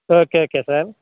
okay okay sir